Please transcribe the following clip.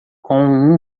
com